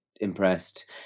impressed